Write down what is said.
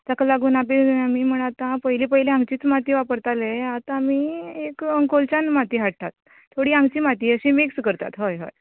ताका लागून आमी म्हण आता पयलीं पयलीं आमचीच माती वापरताले आतां आमी एक अंकोलच्यान माती हाडटात थोडी हांगची माती अशी मीक्स करता हय हय